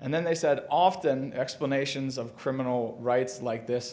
and then they said often explanations of criminal rights like this